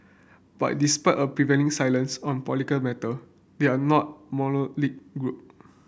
but despite a prevailing silence on political matter they are not group